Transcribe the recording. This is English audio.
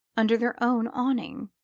under their own awning,